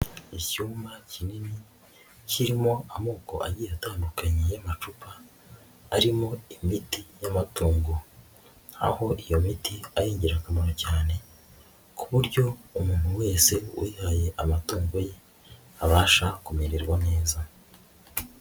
Icyumba kinini kirimo amoko agiye atandukanye y'amacupa arimo imiti y'amatungo, aho iyo miti ari ingirakamaro cyane ku buryo umuntu wese uyihaye amatungo ye abasha kumererwa neza.